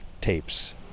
tapes